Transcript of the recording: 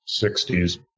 60s